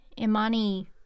Imani